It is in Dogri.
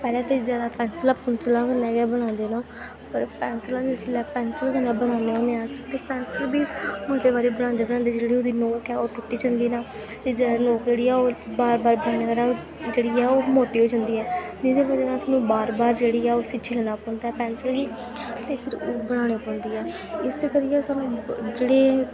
पैह्लें ते जैदा पैंसला पुसलां कन्नै गै बनांदे न पर पैंसलां जिसलै पैंसल कन्नै बनान्ने होन्ने अस ते पैंसल बी मते बारी बनांदे बनांदे जेल्लै ओह्दी नोक ऐ ओह् टुट्टी जंदी ना ते जैदा नोक जेह्ड़ी ऐ ओह् बार बार बनाने कन्नै ओह् जेह्ड़ी ऐ ओह् मोटी होई जंदी ऐ जेह्दी बजह् कन्नै सानूं बार बार जेह्ड़ी ऐ ओह् उस्सी छिल्लना पौंदा ऐ पैंसल गी ते फिर ओह् बनाने पौंदी ऐ इस्सै करियै सानूं जेह्ड़े